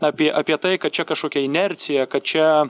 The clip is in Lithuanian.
apie apie tai kad čia kažkokia inercija kad čia